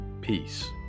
peace